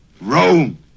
Rome